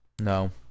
No